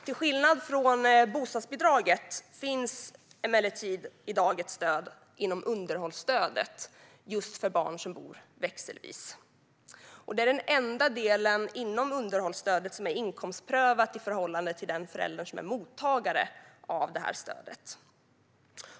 Till skillnad från bostadsbidraget finns emellertid i dag ett stöd inom underhållsstödet just för barn som bor växelvis. Det är den enda delen inom underhållsstödet som är inkomstprövat i förhållande till den förälder som är mottagare av stödet.